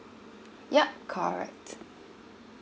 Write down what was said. yup correct